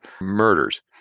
murders